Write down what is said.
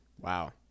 Wow